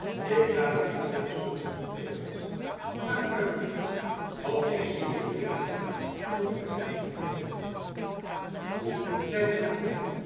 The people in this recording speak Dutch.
ik rade u thans nog in goeden ernst maak u uit de voeten want ik zie hier menig gelaat dat u weinig goeds belooft hoe zeide de